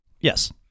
Yes